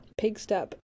Pigstep